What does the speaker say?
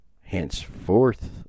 henceforth